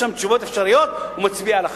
יש שם תשובות אפשריות, הוא מצביע על אחת.